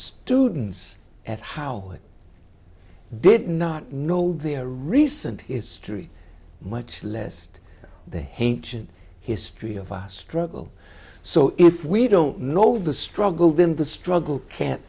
students at how it did not know their recent history much less they hain't history of us struggle so if we don't know the struggle then the struggle can't